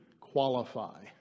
qualify